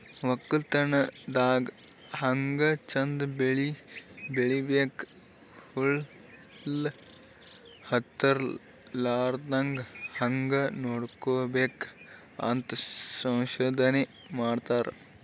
ವಕ್ಕಲತನ್ ದಾಗ್ ಹ್ಯಾಂಗ್ ಚಂದ್ ಬೆಳಿ ಬೆಳಿಬೇಕ್, ಹುಳ ಹತ್ತಲಾರದಂಗ್ ಹ್ಯಾಂಗ್ ನೋಡ್ಕೋಬೇಕ್ ಅಂತ್ ಸಂಶೋಧನೆ ಮಾಡ್ತಾರ್